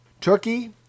Turkey